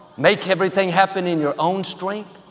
make everything happen in your own strength?